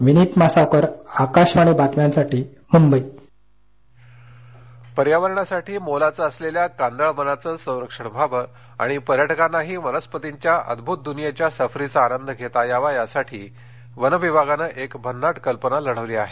विनित मासावकर आकाशवाणी बातम्यांसाठी मुंबई कांदळवन रायडग पर्यावरणासाठी मोलाचं असलेल्या कांदळवनाचं संरक्षण व्हावं आणि पर्यटकांनाही वनस्पतींच्या अद्भभूत दुनियेच्या सफरीचा आनंद घेता यावा यासाठी वनविभागानं एक भन्नाट कल्पना लढविली आहे